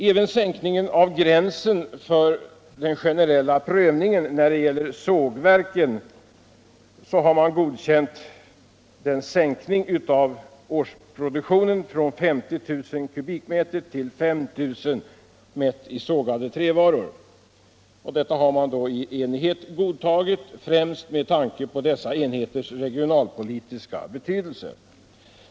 Även sänkningen av gränsen för den generella prövningen när det gäller sågverkens årsproduktion från 50 000 m” till 5 000 m” mätt i sågade trävaror har man i enighet godtagit, främst med tanke på dessa enheters regionalpolitiska betydelse.